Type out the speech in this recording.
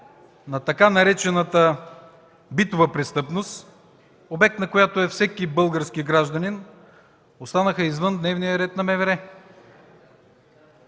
на така наречената „битова престъпност”, обект на която е всеки български гражданин, останаха извън дневния ред на МВР.